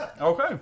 Okay